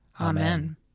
Amen